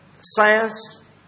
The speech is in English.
science